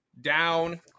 down